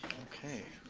okay.